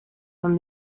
from